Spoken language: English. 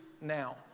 now